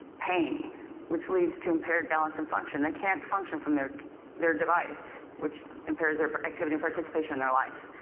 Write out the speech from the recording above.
pain which leads to impaired balance and function. they can't function from their their device which impairs their but activity and participation in their life.